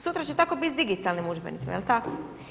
Sutra će tako biti s digitalnim udžbenicima, jel tako?